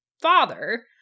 father